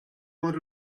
want